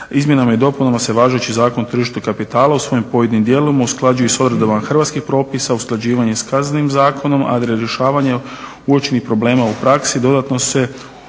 Izmjenama i dopunama se važeći Zakon o tržištu kapitala u svojim pojedinim dijelovima usklađuje s odredbama hrvatskih propisa, usklađivanjem s Kaznenim zakonom, a radi … uočenih problema u praksi